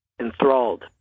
enthralled